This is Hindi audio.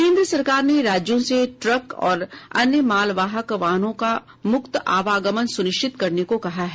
केन्द्र सरकार ने राज्यों से ट्रक और अन्य माल वाहक वाहनों का मुक्त आवागमन सुनिश्चित करने को कहा है